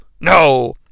No